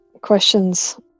questions